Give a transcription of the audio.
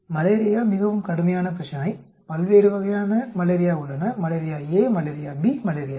malaria மிகவும் கடுமையான பிரச்சினை பல்வேறு வகையான மலேரியா உள்ளன malaria A malaria B malaria C